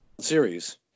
Series